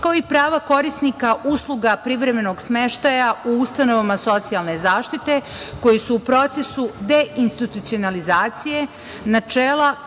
kao i prava korisnika usluga privremenog smeštaja u ustanovama socijalne zaštite koji su u procesu deinstitucionalizacije načela,